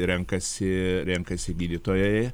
renkasi renkasi gydytojai